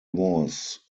was